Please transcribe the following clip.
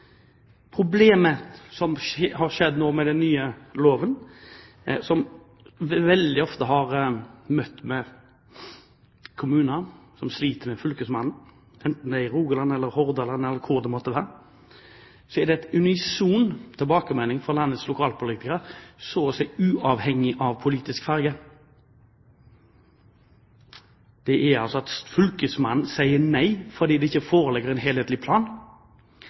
har oppstått et problem med den nye loven. Jeg har ofte møtt kommuner som sliter med fylkesmannen. Enten det er i Rogaland eller Hordaland eller hvor det måtte være, er det en unison tilbakemelding fra landets lokalpolitikere, så å si uavhengig av politisk farge, om at fylkesmannen sier nei fordi det ikke foreligger en helhetlig plan.